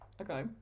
Okay